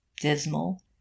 dismal